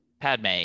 Padme